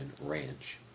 Ranch